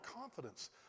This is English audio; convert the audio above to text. confidence